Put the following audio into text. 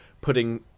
putting